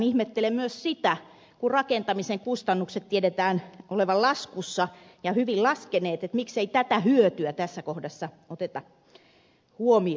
ihmettelen myös sitä kun rakentamisen kustannusten tiedetään olevan laskussa ja hyvin laskeneen miksei tätä hyötyä tässä kohdassa oteta huomioon